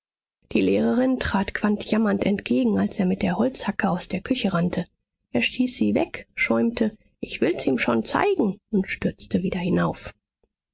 die lehrerin trat quandt jammernd entgegen als er mit der holzhacke aus der küche rannte er stieß sie weg schäumte ich will's ihm schon zeigen und stürzte wieder hinauf